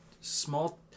small